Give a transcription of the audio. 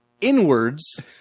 inwards